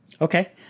Okay